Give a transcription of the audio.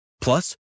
Plus